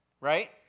right